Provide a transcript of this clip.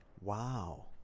Wow